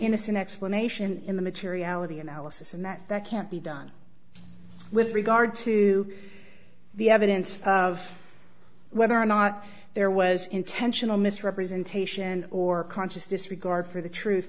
innocent explanation in the materiality analysis and that that can't be done with regard to the evidence of whether or not there was intentional misrepresentation or conscious disregard for the truth